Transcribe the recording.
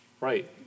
Right